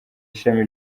ishami